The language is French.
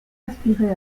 aspirait